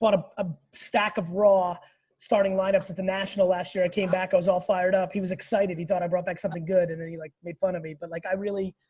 bought a ah stack of raw starting lineups at the national last year i came back, i was all fired up. he was excited. he thought i brought back something good. and then he like made fun of me, but like i really,